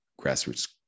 grassroots